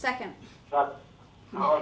second oh